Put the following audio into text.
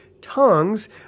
tongues